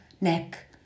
neck